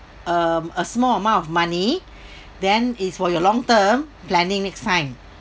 um a small amount of money then it's for your long term planning next time